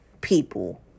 people